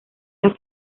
las